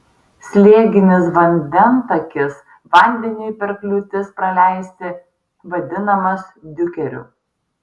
slėginis vandentakis vandeniui per kliūtis praleisti vadinamas diukeriu